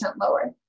lower